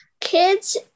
kids